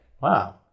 Wow